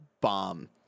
bomb